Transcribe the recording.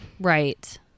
Right